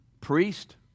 priest